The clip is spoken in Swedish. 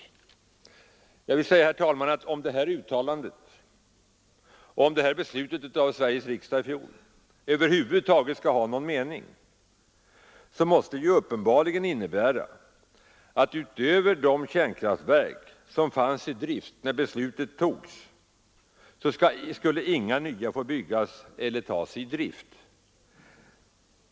Herr talman! Om detta beslut i Sveriges riksdag i fjol över huvud taget skall ha någon mening måste det uppenbarligen innebära att utöver de kärnkraftverk som fanns i drift när beslutet fattades skulle tills vidare inga nya få byggas eller tas i bruk.